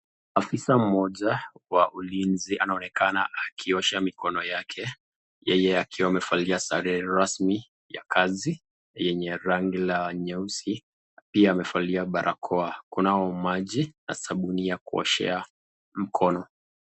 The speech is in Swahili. Afisa mmoja wa ulinzi anaonekana akiosha mikono yake. Yeye akiwa amevalia sare rasmi ya kazi yenye rangi la nyeusi. Pia amevalia barakoa. Kuna maji na sabuni ya kuoshea mikono.